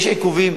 יש עיכובים,